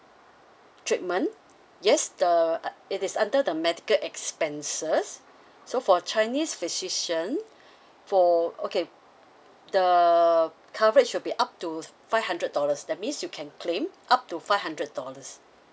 treatment yes the it is under the medical expenses so for chinese physician for okay the coverage should be up to five hundred dollars that means you can claim up to five hundred dollars